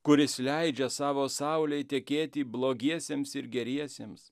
kuris leidžia savo saulei tekėti blogiesiems ir geriesiems